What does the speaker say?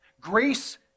Grace